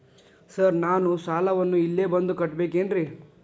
Sir ನಾನು ಸಾಲವನ್ನು ಇಲ್ಲೇ ಬಂದು ಕಟ್ಟಬೇಕೇನ್ರಿ?